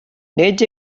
nid